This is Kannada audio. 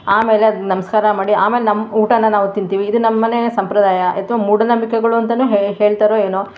ಆಮೇಲೆ ಅದು ನಮಸ್ಕಾರ ಮಾಡಿ ಆಮೇಲೆ ನಮ್ಮ ಊಟನ ನಾವು ತಿಂತೀವಿ ಇದು ನಮ್ಮ ಮನೆಯ ಸಂಪ್ರದಾಯ ಅಥ್ವಾ ಮೂಢನಂಬಿಕೆಗಳು ಅಂತಾ ಹೇಳ್ತಾರೊ ಏನೋ